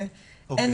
אוקיי,